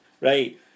Right